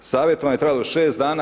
Savjetovanje je trajalo 6 dana.